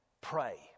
pray